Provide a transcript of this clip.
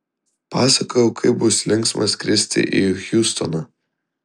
pasakoju kaip bus linksma skristi į hjustoną